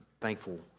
thankful